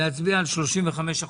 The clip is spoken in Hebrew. להצביע על 35%